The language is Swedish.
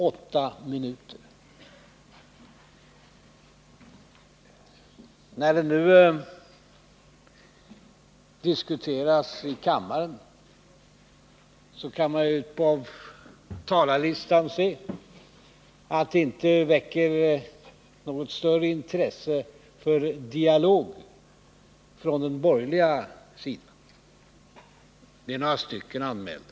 När motionen nu diskuteras i kammaren kan man av talarlistan se att den inte väcker något större intresse för dialog från den borgerliga sidan. Det är några få borgerliga talare anmälda.